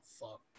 fuck